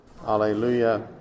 hallelujah